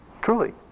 truly